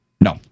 No